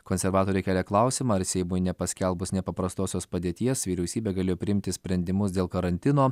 konservatoriai kelia klausimą ar seimui nepaskelbus nepaprastosios padėties vyriausybė galėjo priimti sprendimus dėl karantino